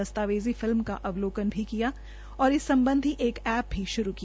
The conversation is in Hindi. दस्तावेजी फिल्म का अवलोकन भी किया और इस सम्बधी एक एप्प भी शुरू किया